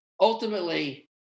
ultimately